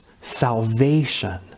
salvation